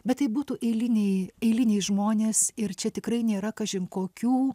bet tai būtų eiliniai eiliniai žmonės ir čia tikrai nėra kažin kokių